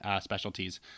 specialties